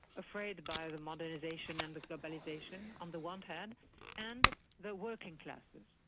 afraid by the modernisation and globalisation on the one hand and the working classes.